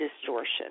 distortion